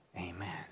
amen